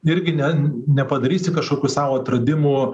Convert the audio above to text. irgi ne nepadarysi kažkokių sau atradimų